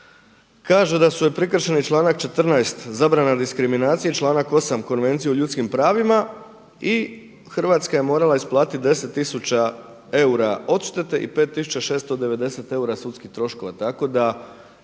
Kaže da su joj prekršeni članak 14. zabrana diskriminacije, članak 8. Konvencije o ljudskim pravima i Hrvatska je morala isplatiti 10 eura odštete i 5.690 eura sudskih troškova,